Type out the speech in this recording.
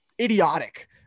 idiotic